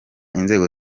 inzego